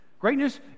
Greatness